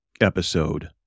episode